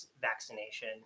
vaccination